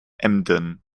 emden